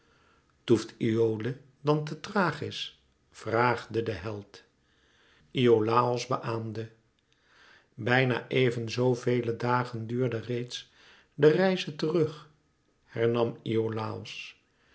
toeft iole dan te thrachis vraagde de held iolàos beaâmde bijna even zoo vele dagen duurde reeds de reize terug hernam iolàos